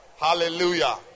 Hallelujah